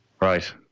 Right